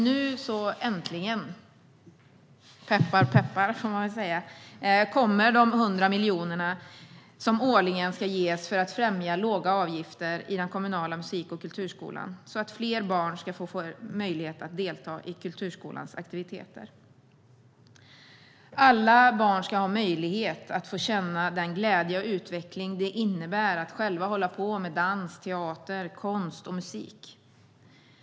Nu äntligen - peppar, peppar, får man väl säga - kommer de 100 miljonerna som årligen ska ges för att främja låga avgifter i den kommunala musik och kulturskolan så att fler barn ska få möjlighet att delta i kulturskolans aktiviteter. Alla barn ska ha möjlighet att få känna den glädje och utveckling det innebär att själva hålla på med dans, teater, konst och musik.